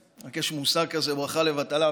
רק שיש מושג כזה ברכה לבטלה,